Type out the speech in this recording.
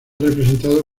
representado